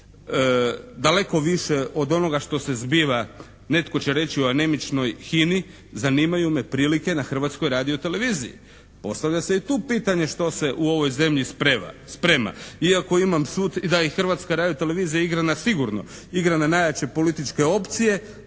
Daleko više od onoga što se zbiva, netko će reći o anemičnoj HINA-i, zanimaju me prilike na Hrvatskoj radio-televiziji. Postavlja se i tu pitanje što se u ovoj zemlji sprema? Iako imam sud i da Hrvatska radio-televizija igra na sigurno. Igra na najjače političke opcije,